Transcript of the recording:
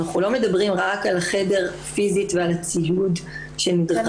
אנחנו לא מדברים רק על החדר פיזית ועל הציוד שנדרש,